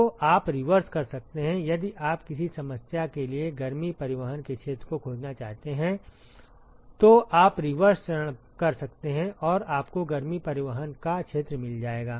तो आप रिवर्स कर सकते हैं यदि आप किसी समस्या के लिए गर्मी परिवहन के क्षेत्र को खोजना चाहते हैं तो आप रिवर्स चरण कर सकते हैं और आपको गर्मी परिवहन का क्षेत्र मिल जाएगा